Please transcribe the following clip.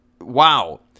wow